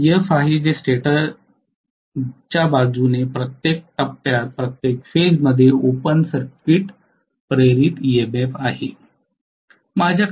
हे Ef आहे जे स्टेटर बाजूच्या प्रत्येक टप्प्यात ओपन सर्किट इंड्यूज्ड ईएमएफ आहे